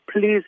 please